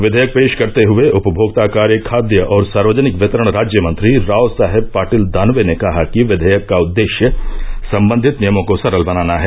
विधेयक पेश करते हए उपभोक्ता कार्य खाद्य और सार्वजनिक वितरण राज्यमंत्री रावसाहेब पाटिल दानवे ने कहा कि विघेयक का उद्देश्य संबंधित नियमों को सरल बनाना है